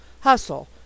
Hustle